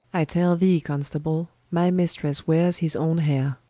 i tell thee constable, my mistresse weares his owne hayre